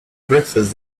breakfast